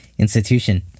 Institution